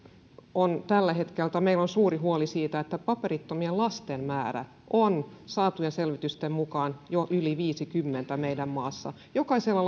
on tällä hetkellä suuri huoli siitä että paperittomien lasten määrä on saatujen selvitysten mukaan jo yli viidenkymmenen meidän maassamme jokaisella